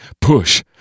push